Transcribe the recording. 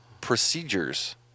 procedures